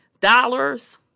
dollars